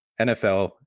NFL